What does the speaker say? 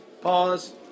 Pause